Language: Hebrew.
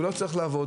הוא לא צריך לעבוד.